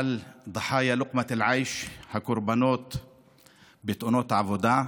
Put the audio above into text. על (אומר בערבית ומתרגם:) הקורבנות בתאונות העבודה,